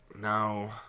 Now